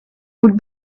would